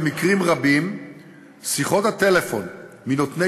במקרים רבים שיחות הטלפון מנותני